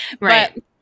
right